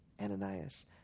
Ananias